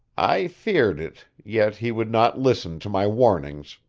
i feared it, yet he would not listen to my warnings,